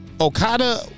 Okada